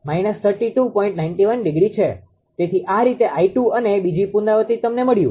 તેથી આ રીતે 𝑖2 અને બીજી પુનરાવૃતિ તમને મળ્યુ